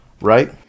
right